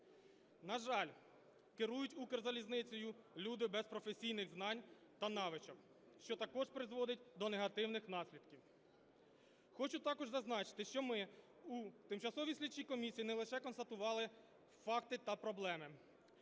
На жаль, керують Укрзалізницею люди без професійних знань та навичок, що також призводить до негативних наслідків. Хочу також зазначити, що ми у тимчасовій слідчій комісії не лише констатували факти та проблеми,